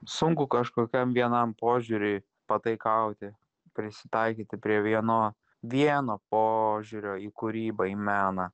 sunku kažkokiam vienam požiūriui pataikauti prisitaikyti prie vieno vieno požiūrio į kūrybą į meną